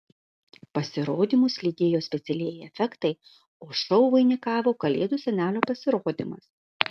pasirodymus lydėjo specialieji efektai o šou vainikavo kalėdų senelio pasirodymas